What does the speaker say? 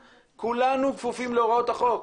שהעצור לא יהיה כבול אלא אם כן מתקיימות ההוראות שבחוק.